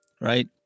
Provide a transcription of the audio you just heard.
right